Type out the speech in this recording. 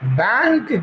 bank